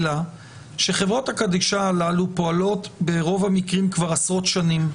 אלא שחברות הקדישא הללו פועלות ברוב המקרים כבר עשרות שנים,